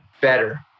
better